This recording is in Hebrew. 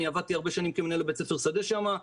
אני עבדתי הרבה שנים כמנהל בית ספר "שדה" שמה.